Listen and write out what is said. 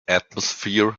atmosphere